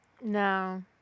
No